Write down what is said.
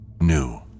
New